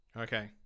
Okay